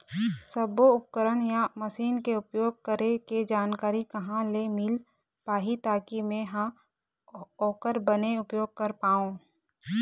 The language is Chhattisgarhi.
सब्बो उपकरण या मशीन के उपयोग करें के जानकारी कहा ले मील पाही ताकि मे हा ओकर बने उपयोग कर पाओ?